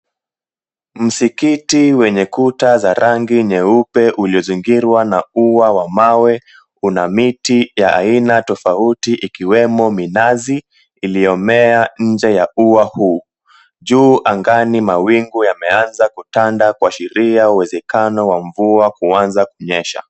Msikiti wenye kuta za rangi nyeupe uliozingirwa na ua wa mawe una miti ya aina tofauti ikiwemo minazi, iliyomea nje ya ua huu. Juu angani mawingu yameanza kutanda kuashiria uwezekano wa mvua kuanza kunyesha.